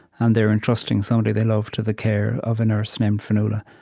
and they're entrusting somebody they love to the care of a nurse named fionnuala.